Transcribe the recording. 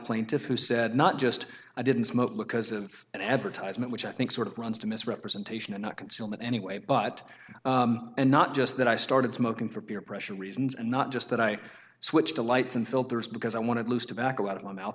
plaintiff who said not just i didn't smoke look was of an advertisement which i think sort of runs to misrepresentation and not concealment anyway but and not just that i started smoking for peer pressure reasons and not just that i switched to lights and filters because i want to lose tobacco out of my mouth